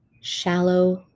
shallow